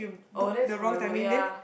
oh that's horrible ya